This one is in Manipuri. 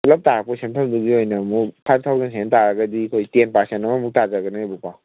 ꯄꯨꯂꯞ ꯇꯥꯔꯛꯄ ꯁꯦꯟꯐꯝꯗꯨꯒꯤ ꯑꯣꯏꯅꯃꯨꯛ ꯐꯥꯏꯚ ꯊꯥꯎꯖꯟ ꯍꯦꯟꯇꯥꯔꯒꯗꯤ ꯑꯩꯈꯣꯏ ꯇꯦꯟ ꯄꯔꯁꯦꯟ ꯑꯃꯃꯨꯛ ꯇꯥꯖꯒꯅꯦꯕꯀꯣ